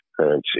currency